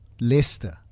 Leicester